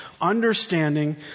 understanding